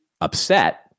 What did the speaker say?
upset